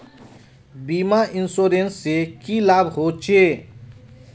बीमा या इंश्योरेंस से की लाभ होचे?